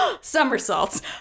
somersaults